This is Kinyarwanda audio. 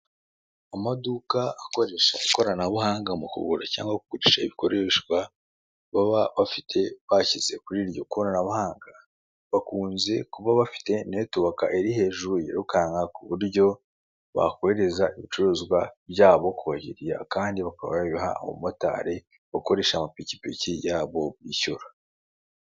Amaduka akoresha ikoranabuhanga mu kugura cyangwa kugurisha ibigurishwa baba bafite, bashyize kuri iryo koranabuhanga, bakunze kuba bafite netuwaka iri hejuru yirukanka ku buryo bakohereza ibicuruzwa byabo ku bakiriya, kandi bakaba babiha abamotari bakoresha amapikipiki yabo bishyura.